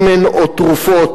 שמן או תרופות,